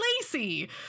Lacey